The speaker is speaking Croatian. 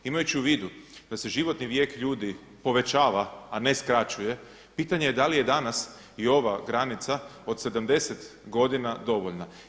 Imajući u vidu da se životni vijek ljudi povećava a ne skraćuje, pitanje je da li je danas i ova granica od 70 godina dovoljna?